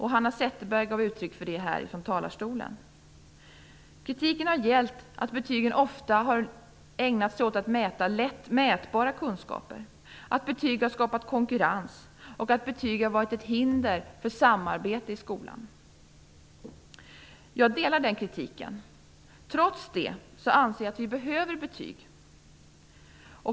Hanna Zetterberg gav uttryck för det i talarstolen här. Kritiken har gällt att man när det gäller betygen ofta har ägnat sig åt att mäta lätt mätbara kunskaper, att betygen har skapat konkurrens och att betygen har varit ett hinder för samarbetet i skolan. Jag delar den kritiken. Trots det anser jag att vi behöver betyg.